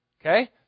Okay